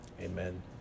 Amen